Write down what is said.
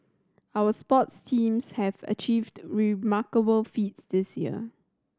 our sports teams have achieved remarkable feats this year